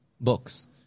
books